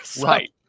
Right